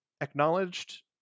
acknowledged